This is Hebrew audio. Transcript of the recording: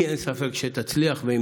אין לי ספק שתצליח בה,